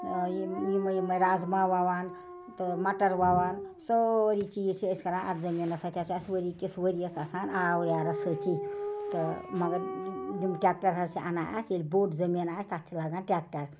یِم یِمَے یِمَے رازما وَوان تہٕ مَٹَر وَوان سٲری چیٖز چھِ أسۍ کران اَتھ زٔمیٖنَس سۭتۍ ہَسا چھِ اَسہِ ؤری کِس ؤریَس آسان آوٕریٛارَس سۭتی تہٕ مگر یِم ٹیکٹَر حظ چھِ اَنان اَسۍ ییٚلہِ بوٚڈ زٔمیٖن آسہِ تَتھ چھِ لَگان ٹیکٹَر